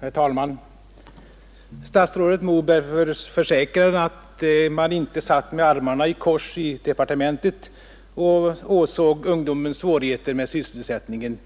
Herr talman! Statsrådet Moberg försäkrade att man inte satt med armarna i kors i departementet och åsåg ungdomens svårigheter med sysselsättningen.